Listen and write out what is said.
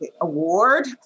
award